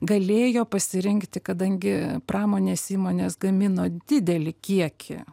galėjo pasirinkti kadangi pramonės įmonės gamino didelį kiekį